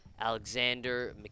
Alexander